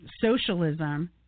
socialism